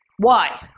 why?